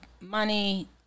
money